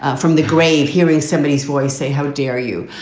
ah from the grave, hearing somebodys voice say, how dare you.